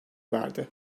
verdi